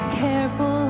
careful